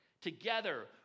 together